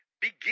Begin